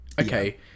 okay